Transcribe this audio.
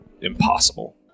impossible